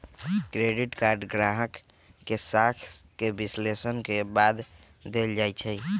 credit card गाहक के साख के विश्लेषण के बाद देल जाइ छइ